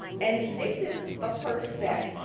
and this is a first step.